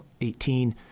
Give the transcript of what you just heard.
18